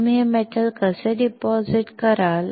तुम्ही हे धातू कसे जमा कराल